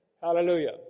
Hallelujah